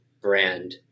brand